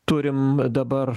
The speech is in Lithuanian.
turim dabar